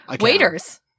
waiters